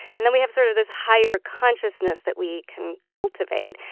and then we have sort of this higher consciousness that we can cultivate.